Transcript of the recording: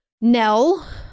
Nell